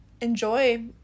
enjoy